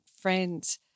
friends